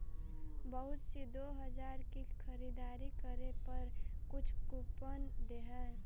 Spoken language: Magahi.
बहुत सी दो हजार की खरीदारी करे पर कुछ कूपन दे हई